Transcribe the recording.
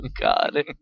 God